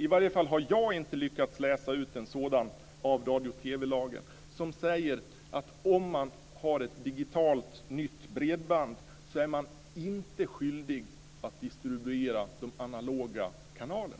I varje fall har jag inte lyckats läsa ut en sådan begränsning i radio och TV-lagen som säger att om man har ett digitalt nytt bredband är man inte skyldig att distribuera de analoga kanalerna.